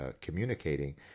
communicating